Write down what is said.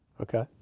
Okay